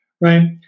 right